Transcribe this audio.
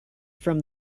from